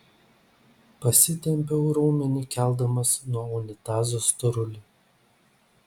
pasitempiau raumenį keldamas nuo unitazo storulį